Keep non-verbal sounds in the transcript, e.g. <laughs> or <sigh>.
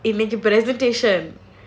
<laughs> presentation